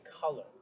color